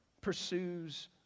pursues